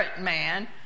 man